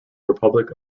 republic